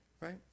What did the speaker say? Right